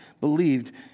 believed